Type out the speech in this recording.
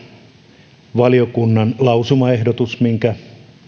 senpä takia valiokunnan lausumaehdotus minkä